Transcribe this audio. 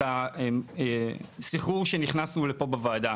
את הסחרור שנכנסו אליו פה בוועדה,